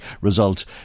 result